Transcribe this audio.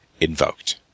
invoked